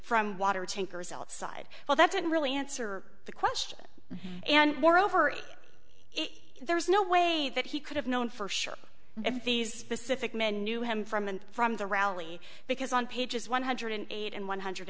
from water tankers outside well that didn't really answer the question and moreover it there's no way that he could have known for sure if these pacific men knew him from and from the rally because on pages one hundred eight and one hundred